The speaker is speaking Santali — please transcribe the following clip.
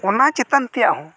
ᱚᱱᱟ ᱪᱮᱛᱟᱱ ᱛᱮᱭᱟᱜ ᱦᱚᱸ